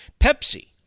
Pepsi